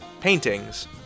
paintings